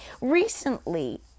Recently